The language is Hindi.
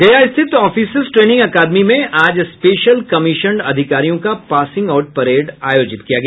गया स्थित ऑफिसर्स ट्रेनिंग अकादमी में आज स्पेशल कमिशन्ड अधिकारियों का पासिंग आउट परेड आयोजित किया गया